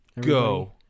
Go